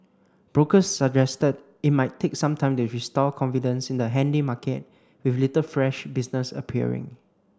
brokers suggested it might take some time to restore confidence in the handy market with little fresh business appearing